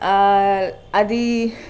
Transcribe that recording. అది